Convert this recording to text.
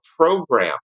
program